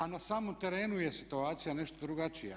A na samom terenu je situacija nešto drugačija.